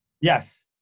yes